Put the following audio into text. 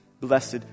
Blessed